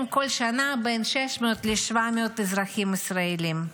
בכל שנה בין 600 ל-700 אזרחים ישראלים,